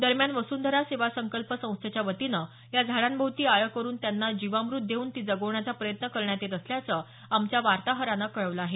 दरम्यान वसुंधरा सेवा संकल्प संस्थेच्यावतीनं या झाडांभोवती आळे करून त्यांना जीवामृत देऊन ती जगवण्याचा प्रयत्न करण्यात येत असल्याचं आमच्या वार्ताहरानं कळवलं आहे